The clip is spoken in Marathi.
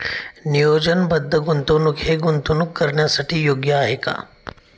नियोजनबद्ध गुंतवणूक हे गुंतवणूक करण्यासाठी योग्य आहे का?